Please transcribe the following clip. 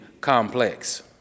complex